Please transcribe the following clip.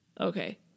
Okay